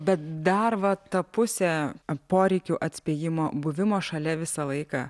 bet dar va ta pusė poreikių atspėjimo buvimo šalia visą laiką